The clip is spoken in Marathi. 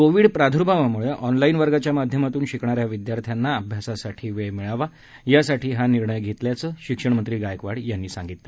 कोविड प्राद्र्भावाम्ळे ऑनलाईन वर्गाच्या माध्यमातून शिकणाऱ्या विदयार्थ्यांना अभ्यासासाठी वेळ मिळावा यासाठी हा निर्णय घेण्यात आला असल्याचं शिक्षणमंत्री गायकवाड यांनी सांगितलं